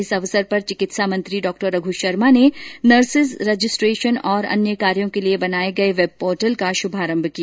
इस अवसर पर चिकित्सा मंत्री डॉ रघ् शर्मा ने नर्सेंज रजिस्ट्रेशन और अन्य कार्यो के लिए बनाए गये वेब पोर्टल का श्रभारंभ किया